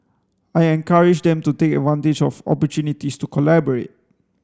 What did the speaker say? I encourage them to take advantage of opportunities to collaborate